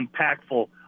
impactful